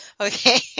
okay